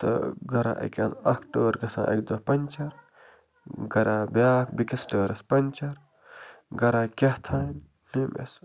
تہٕ گَرا اَکہِ اَنٛد اَکھ ٹٲر گژھان اَکہِ دۄہ پنٛچَر گَرا بیٛاکھ بیٚیہِ کِس ٹٲرَس پنٛچَر گَرا کیٛاہ تھام نیوٗ مےٚ سُہ